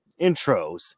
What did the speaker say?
intros